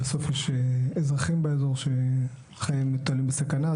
בסוף יש אזרחים באזור שחייהם נתונים בסכנה,